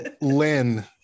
Lynn